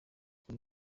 kuri